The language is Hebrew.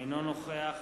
אינו נוכח